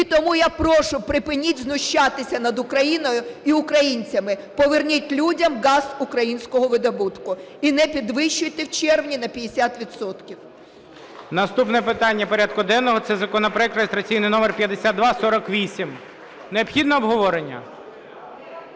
І тому я прошу: припиніть знущатися над Україною і українцями, поверніть людям газ українського видобутку і не підвищуйте в червні на 50 відсотків. ГОЛОВУЮЧИЙ. Наступне питання порядку денного – це законопроект (реєстраційний номер 5248). Необхідне обговорення?